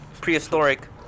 prehistoric